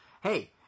Hey